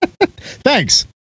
thanks